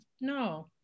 no